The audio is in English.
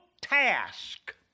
task